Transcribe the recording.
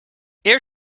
air